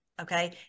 okay